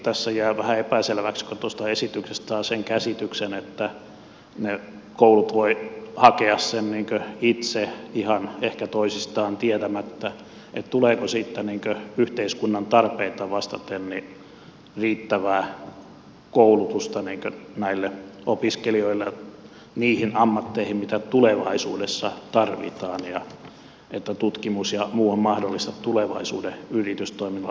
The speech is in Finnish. tässä jää vähän epäselväksi kun tuosta esityksestä saa sen käsityksen että ne koulut voivat hakea sen itse ihan ehkä toisistaan tietämättä tuleeko siitä yhteiskunnan tarpeita vastaten riittävää koulutusta näille opiskelijoille niihin ammatteihin mitä tulevaisuudessa tarvitaan ja että tutkimus ja muu on mahdollista tulevaisuuden yritystoiminnalle